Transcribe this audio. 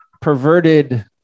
perverted